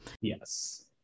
Yes